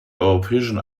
europäischen